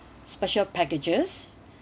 special packages